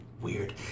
Weird